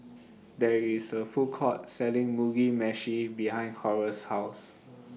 There IS A Food Court Selling Mugi Meshi behind Horace's House